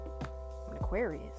Aquarius